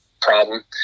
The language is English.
problem